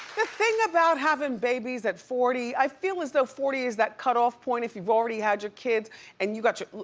the thing about having babies at forty, i feel as though forty is that cutoff point. if you're already had your kids and you got your,